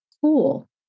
cool